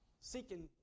seeking